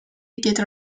dietro